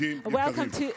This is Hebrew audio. ידידים יקרים.